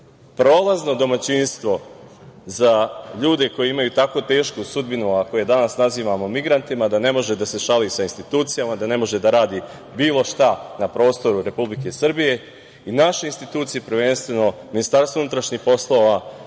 prolazno domaćinstvo za ljude koji imaju tako tešku sudbinu a koje danas nazivamo migrantima da ne može da se šali sa institucijama, da ne može da radi bilo šta na prostoru Republike Srbije. Naše institucije, prvenstveno Ministarstvo unutrašnjih poslova,